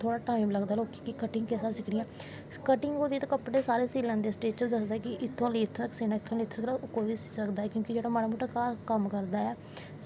time लगदा कि cutting किस हिसाब दी सिक्खनीं ऐं कटिंग होई ते कपड़े सारे सी लैंदे न सटिच होंदा कि इत्थमां दा लेईयै इत्तें तक सीना क्योंकि जेह्की माड़ा मुट्टी घर कम्म सिखदा ऐ